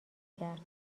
کرد